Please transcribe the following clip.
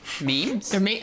Memes